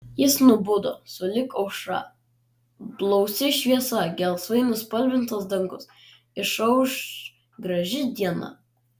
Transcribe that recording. jis nubudo sulig aušra blausi šviesa gelsvai nuspalvintas dangus išauš graži diena